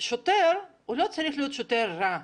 השוטר לא צריך להיות שוטר רע.